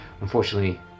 unfortunately